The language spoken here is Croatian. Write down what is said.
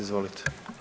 Izvolite.